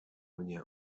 mnie